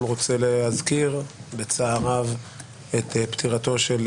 רוצה להזכיר בצער רב את פטירתו של